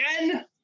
again